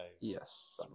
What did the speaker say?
Yes